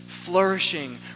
flourishing